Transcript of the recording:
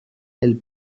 elle